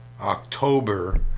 October